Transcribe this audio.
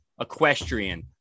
equestrian